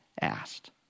asked